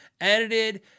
edited